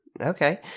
Okay